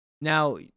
Now